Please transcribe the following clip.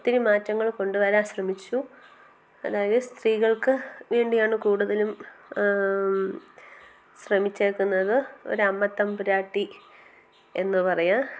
ഒത്തിരി മാറ്റങ്ങൾ കൊണ്ടുവരാൻ ശ്രമിച്ചു അതായത് സ്ത്രീകൾക്ക് വേണ്ടിയാണ് കൂടുതലും ശ്രമിച്ചേക്കുന്നത് ഒരു അമ്മ തമ്പുരാട്ടി എന്ന് പറയാം